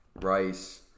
rice